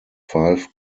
five